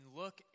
look